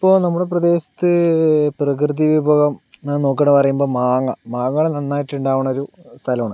ഇപ്പോൾ നമ്മുടെ പ്രദേശത്ത് പ്രകൃതിവിഭവം പറയുമ്പോൾ മാങ്ങ മാങ്ങകൾ നന്നായിട്ടുണ്ടാകുന്നൊരു സ്ഥലമാണ്